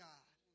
God